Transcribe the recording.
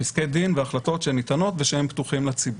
פסקי דין והחלטות שניתנות ושהם פתוחים לציבור,